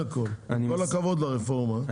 עם כל הכבוד לרפורמה.